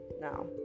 Now